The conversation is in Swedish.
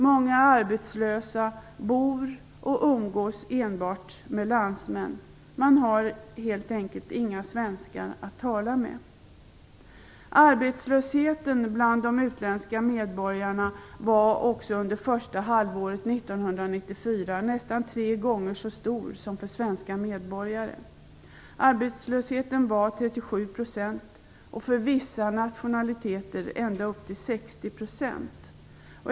Många arbetslösa bor och umgås enbart med landsmän. De har helt enkelt inga svenskar att tala med. Arbetslösheten bland de utländska medborgarna var under första halvåret 1994 nästan tre gånger så stor som bland svenska medborgare. Arbetslösheten var 37 % och för vissa nationaliteter ända upp till 60 %.